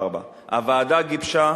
1954. הוועדה גיבשה